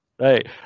right